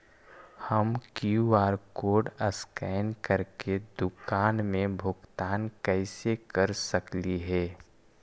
हम QR code scan करके दुकान में भुगतान कैसे कर सकली हे?